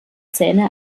zähne